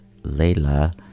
Layla